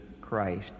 Christ